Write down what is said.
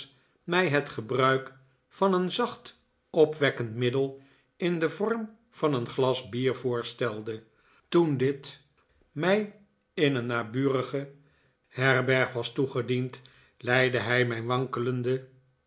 mij het gebruik van een zacht opwekkend middel in den vorm van een glas bier voorstelde toen dit mij in een naburige herberg was toegediend leidde hij mijn wankelende